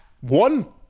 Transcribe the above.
one